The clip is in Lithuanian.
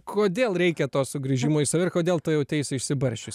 kodėl reikia to sugrįžimo į save ir kodėl tu jauteisi išsibarsčiusi